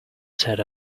set